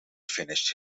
finished